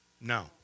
No